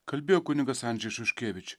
kalbėjo kunigas andžej šuškevič